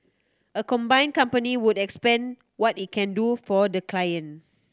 a combined company would expand what it can do for the client